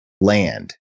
land